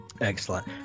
excellent